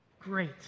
Great